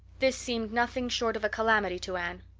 this seemed nothing short of a calamity to anne.